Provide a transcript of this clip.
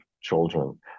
children